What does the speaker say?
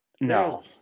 no